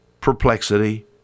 perplexity